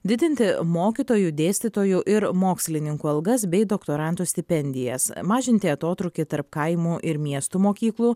didinti mokytojų dėstytojų ir mokslininkų algas bei doktorantų stipendijas mažinti atotrūkį tarp kaimų ir miestų mokyklų